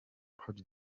claude